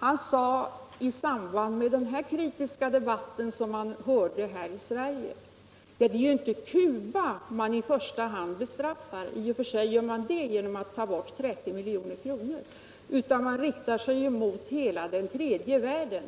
här, sade i samband med denna kritiska debatt som han hörde i Sverige, att det är ju inte Cuba man i första hand bestraffar genom att ta bort 30 milj.kr., utan man riktar sig mot hela den tredje världen.